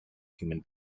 human